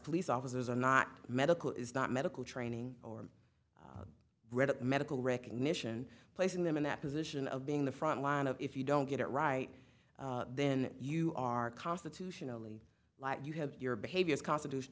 police officers are not medical is not medical training or read up medical recognition placing them in that position of being the front line of if you don't get it right then you are constitutionally like you have your behaviors constitution